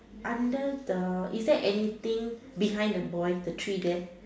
under the is there anything behind the boy the tree there